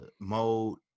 mode